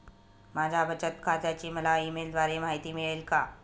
माझ्या बचत खात्याची मला ई मेलद्वारे माहिती मिळेल का?